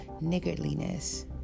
niggardliness